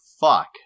fuck